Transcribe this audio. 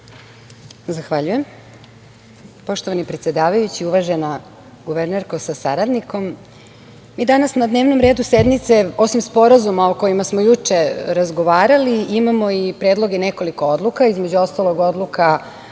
Zahvaljujem. Poštovani predsedavajući, uvažena guvernerko sa saradnikom. Mi danas na dnevnom redu sednice, osim sporazuma o kojima smo juče razgovarali imamo i predloge nekoliko odluka. Između ostalog odluka